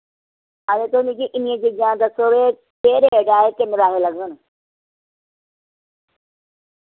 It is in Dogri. हां ते तुस मिकी इन्नियें चीजें दा दस्सो के केह् रेट ऐ किन्ने पैसे लगङन